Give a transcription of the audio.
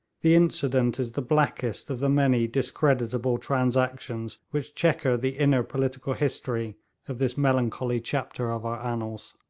the incident is the blackest of the many discreditable transactions which chequer the inner political history of this melancholy chapter of our annals.